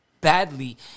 badly